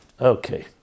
Okay